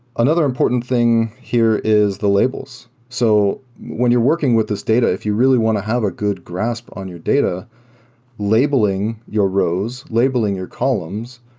another important thing here is the labels. so when you're working with this data, if you really want to have a good grasp on your data labeling your rows, labeling your columns,